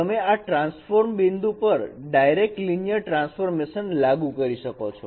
અને હવે તમે આ ટ્રાન્સફોર્મમાં બિંદુ પર ડાયરેક્ટ લિનિયર ટ્રાન્સફોર્મેશન લાગુ કરી શકો છો